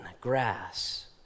grass